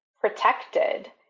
protected